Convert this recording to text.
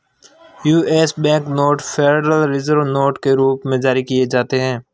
US bank note federal reserve notes के रूप में जारी किए जाते हैं